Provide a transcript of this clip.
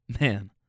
man